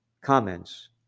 comments